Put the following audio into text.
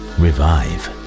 revive